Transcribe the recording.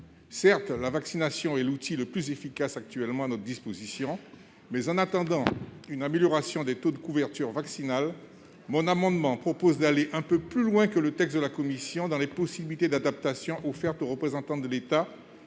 Certes, la vaccination est l'outil le plus efficace actuellement à notre disposition, mais, en attendant une amélioration des taux de couverture vaccinale, je propose d'aller un peu plus loin que le texte de la commission dans les possibilités d'adaptation offertes aux représentants de l'État